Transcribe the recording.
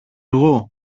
εγώ